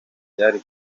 byari